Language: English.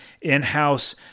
in-house